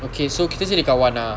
okay so kita jadi kawan ah